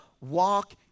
walk